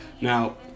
Now